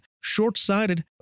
short-sighted